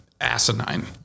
asinine